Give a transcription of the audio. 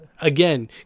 again